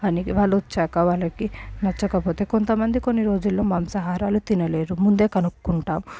వానికి వాళ్ళు వచ్చాక వాళ్ళకి నచ్చకపోతే కొంత మంది కొన్ని రోజులు మాంసాహారాలు తినలేరు ముందే కనుక్కుంటాము